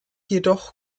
jedoch